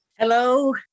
Hello